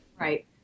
Right